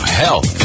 health